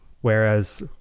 whereas